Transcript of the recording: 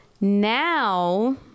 Now